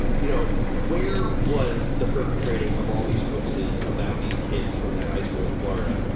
you know, where was the perpetrating of all these hoaxes about these kids from that high school in florida?